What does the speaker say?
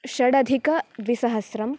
षडधिकद्विसहस्रम्